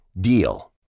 DEAL